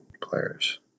players